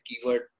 keyword